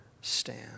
stand